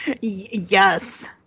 Yes